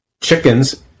Chickens